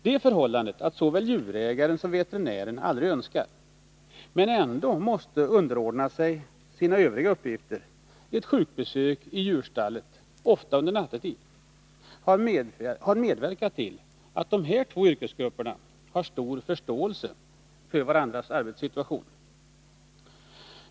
Det förhållandet att såväl djurägaren som veterinären aldrig önskar, men ändå måste underordna sina övriga uppgifter ett sjukbesök i djurstallet — ofta nattetid — har medverkat till att de här två yrkesgrupperna har stor förståelse för varandras arbetssituation.